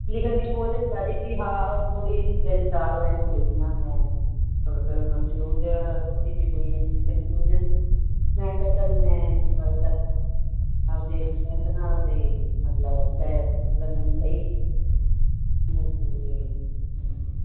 ਲਿਖਣ ਦੀ ਕੋਸ਼ਿਸ਼ ਕਰ ਰਹੀ ਸੀ ਹਾਂ ਉਹ ਥੋੜ੍ਹੀ ਤਿੰਨ ਚਾਰ ਲਾਈਨਾਂ ਲਿਖੀਆਂ ਮੈਂ ਥੋੜ੍ਹਾ ਥੋੜ੍ਹਾ ਕੰਫਿਊਜ ਥੋੜ੍ਹੀ ਜਿਹੀ ਹੋਈ ਜਾਂਦੀ ਸੀ ਕੰਫਊਜਨ ਮੈਂ ਕਿਹਾ ਚੱਲ ਮੈਂ ਗੱਲ ਕਰਲਾਂ ਆਪਣੇ ਫਰੈਂਡ ਨਾਲ ਅਤੇ ਮਤਲਬ ਸ਼ਾਇਦ ਮਤਲਬ ਮੈਨੂੰ ਸਹੀ ਮਿਲ ਜਾਵੇ ਹੂੰ